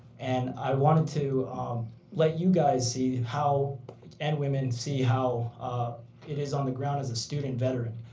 and i wanted to let you guys see how and women see how it is on the ground as a student veteran.